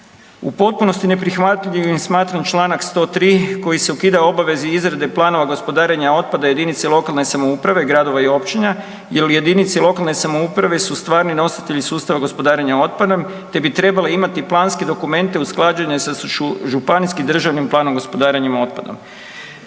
U potpunosti neprihvatljivim smatram čl. 103. koji se ukida obaveza izrade planova gospodarenja otpada jedinice lokalne samouprave, gradove i općina jel jedinice lokalne samouprave su stvarni nositelji sustava gospodarenja otpadom te bi trebale imati planske dokumente usklađene sa županijskim državnim planom gospodarenja otpadom.